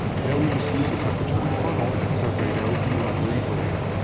now we just use a separatory funnel and separate out the upper ether layer.